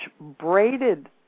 braided